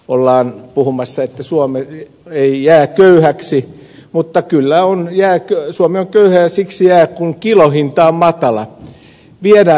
ollaan puhumassa että suomi ei jää köyhäksi mutta kyllä suomi on köyhä ja siksi jää kun kilohinta on matala